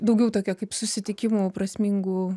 daugiau tokia kaip susitikimų prasmingų